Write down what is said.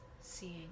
seeing